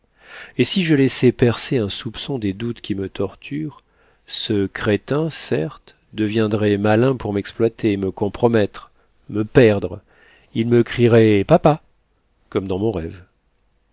et si je laissais percer un soupçon des doutes qui me torturent ce crétin certes deviendrait malin pour m'exploiter me compromettre me perdre il me crierait papa comme dans mon rêve